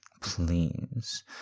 please